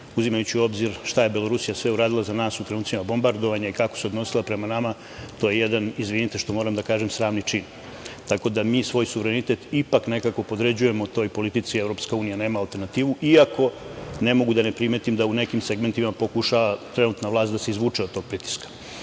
uzimajući u obzir šta je Belorusija sve uradila za nas u trenucima bombardovanja i kako se odnosila prema nama, izvinite što moram da kažem, sramni čin. Mi svoj suverenitet ipak nekako podređujemo toj politici "EU nema alternativu", iako ne mogu a da ne primetim da u nekim segmentima pokušava trenutna vlast da se izvuče od tog pritiska. Sa